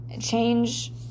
Change